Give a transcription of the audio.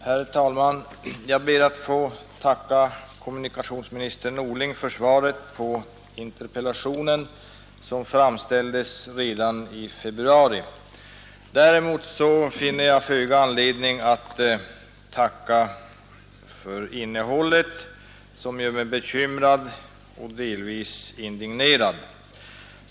Herr talman! Jag ber att få tacka kommunikationsminister Norling för svaret på min interpellation, som framställdes redan i februari. Däremot finner jag föga anledning att tacka för innehållet, som gör mig bekymrad, och delvis indignerad.